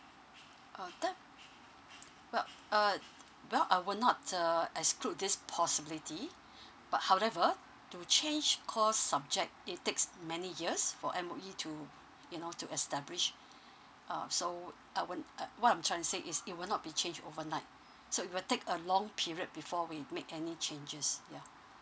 uh that well uh well I will not uh exclude this possibility but however to change core subject it takes many years for M_O_E to you know to establish uh so I won't what I'm trying to say is it will not be changed overnight so it will take a long period before we make any changes ya